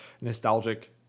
nostalgic